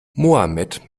mohammed